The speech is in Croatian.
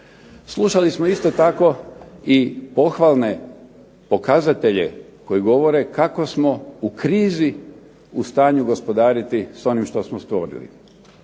Slušali smo isto tako i pohvalne pokazatelje koji govore kako smo u krizi u stanju gospodariti s onim što smo stvorili.